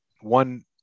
one